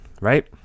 Right